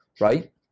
Right